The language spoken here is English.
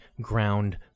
ground